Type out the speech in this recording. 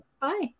bye